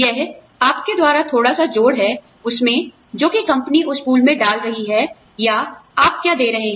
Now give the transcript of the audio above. यह आपके द्वारा थोड़ा सा जोड़ है उसमें जोकि कंपनी उस पूल में डाल रही है या आप क्या दे रहे हैं